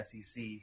SEC